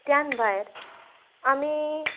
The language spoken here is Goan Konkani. त्यान भायर आमी